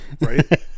Right